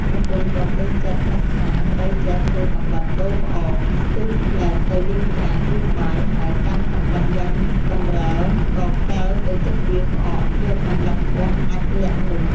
ប្រពន្ធក៏ពេញចិត្ដនឹកថា “ប្ដីចេះ ធ្វើកាំបិតដូរផ្អក” ស្ទុះភ្លែតទៅលាងចានដួសបាយហើយកាន់កាំបិតយ៉ាងកំរិលក៏កិលទៅជិតពាងផ្អកយកកាំបិតគាស់អាចម៏ល័ក្ខនោះ។